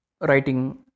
writing